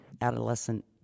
adolescent